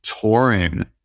touring